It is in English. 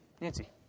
Nancy